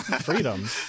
Freedom